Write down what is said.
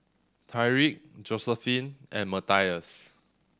Tyrique Josiephine and Matthias